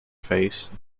face